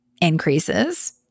increases